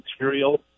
material